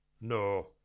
No